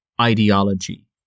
ideology